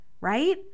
right